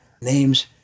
names